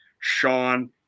Sean